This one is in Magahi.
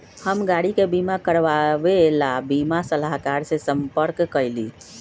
हम गाड़ी के बीमा करवावे ला बीमा सलाहकर से संपर्क कइली